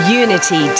unity